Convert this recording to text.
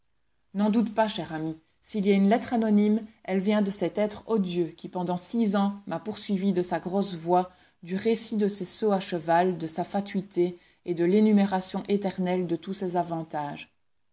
n'en doute pas cher ami s'il y a une lettre anonyme elle vient de cet être odieux qui pendant six ans m'a poursuivie de sa grosse voix du récit de ses sauts à cheval de sa fatuité et de l'énumération éternelle de tous ses avantages